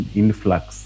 influx